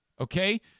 okay